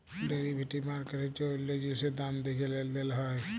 derivative market হচ্যে অল্য জিলিসের দাম দ্যাখে লেলদেল হয়